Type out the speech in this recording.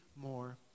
more